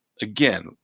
Again